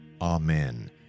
Amen